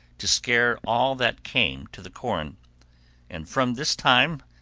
to scare all that came to the corn and from this time,